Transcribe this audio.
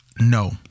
No